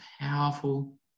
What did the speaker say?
powerful